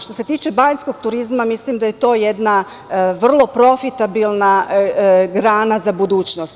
Što se tiče banjskog turizma mislim da je to jedna vrlo profitabilna grana za budućnost.